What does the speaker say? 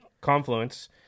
confluence